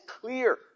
clear